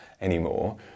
anymore